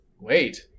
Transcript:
Wait